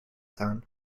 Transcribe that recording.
town